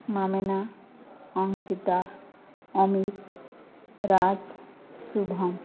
Mamina Ankita Amit Raj Shubham